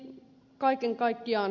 eli kaiken kaikkiaan